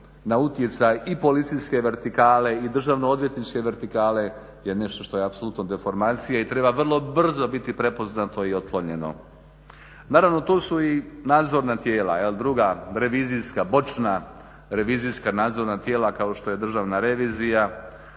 na utjecaj i policijske vertikale i Državno odvjetničke vertikale je nešto što je apsolutno deformacija i treba vrlo brzo biti prepoznato i otklonjeno. Naravno tu su i nadzorna tijela, druga revizijska, boćna revizijska nadzorna tijela kao što je Državna revizija,